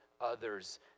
others